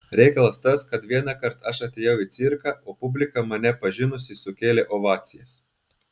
reikalas tas kad vienąkart aš atėjau į cirką o publika mane pažinusi sukėlė ovacijas